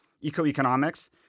eco-economics